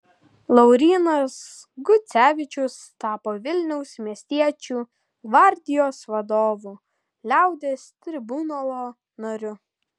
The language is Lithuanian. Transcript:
laurynas gucevičius tapo vilniaus miestiečių gvardijos vadovu liaudies tribunolo nariu